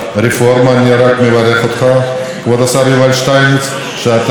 החוק הזה גם מאוד חשוב לחיסכון באנרגיה,